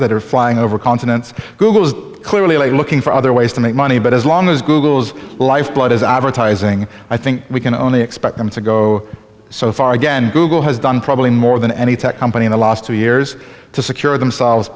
that are flying over confidence google is clearly looking for other ways to make money but as long as google's lifeblood is advertising i think we can only expect them to go so far again google has done probably more than any tech company in the last two years to secure themselves